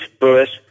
first